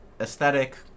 aesthetic